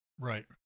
right